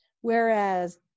Whereas